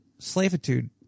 slavitude